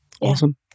awesome